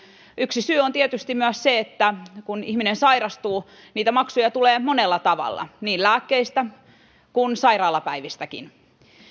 yksi syy on tietysti myös se että kun ihminen sairastuu niitä maksuja tulee monella tavalla niin lääkkeistä kuin sairaalapäivistäkin